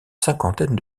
cinquantaine